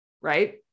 right